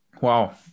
Wow